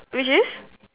which is